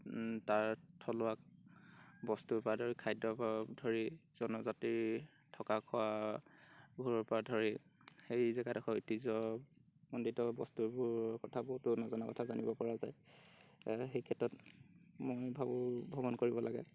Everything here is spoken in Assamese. তাৰ থলুৱা বস্তুৰপৰা ধৰি খাদ্যৰপৰা ধৰি জনজাতিৰ থকা খোৱাবোৰৰপৰা ধৰি সেই জেগাডখৰ ঐতিহ্যমণ্ডিত বস্তুবোৰৰ কথা বহুতো নজনা কথা জানিবপৰা যায় সেই ক্ষেত্ৰত মই ভাবোঁ ভ্ৰমণ কৰিব লাগে